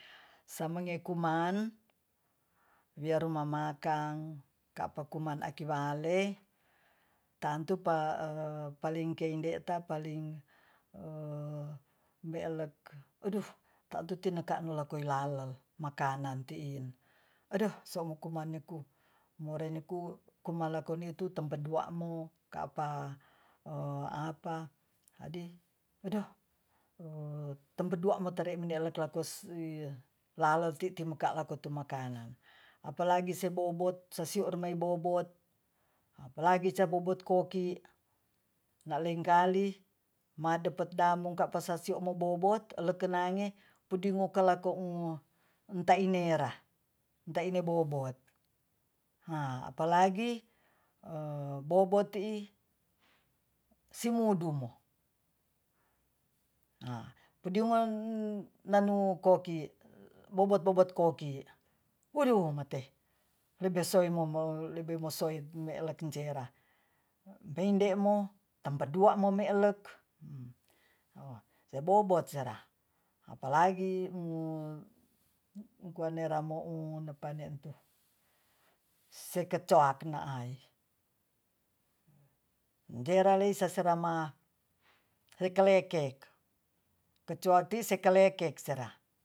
Samangekuman wirumamakang kapakuman aki bale tantu pa paling kindeta paling mbeelek uduh tatu tinakaan lakoilalel makanan tiin adeh somo kumaneku moreneku kumalakonitu tampa duamo kaapa apa adih odoh tembedu amotere mindeelakos yi lalati timbekelako ti makanan apalagi sebobot sasiur mai bobot apalagi ca bobot koki na lengkali madepat damung kasapasio mo bobot elekenage pudimokallaku mo tainera taine bobot a apalagi bobot bobot tii simuwdumo a pudiungan nanu koki bobot-bobot koki wuduh mateh lebe soe- mo soe melekenceera beindemo tamba dua mo meelek sebobot sera apalagi kuareanomun napadentu sekecoanakai jera lei seserama leka lekek kecuati sekelek sera